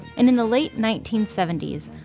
and in the late nineteen seventy s,